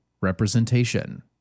representation